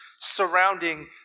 Surrounding